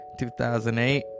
2008